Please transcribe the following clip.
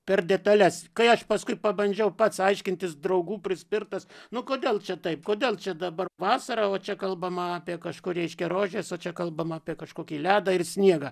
per detales kai aš paskui pabandžiau pats aiškintis draugų prispirtas nu kodėl čia taip kodėl čia dabar vasara o čia kalbama apie kažkur reiškia rožes o čia kalbama apie kažkokį ledą ir sniegą